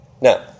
Now